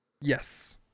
Yes